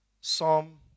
Psalm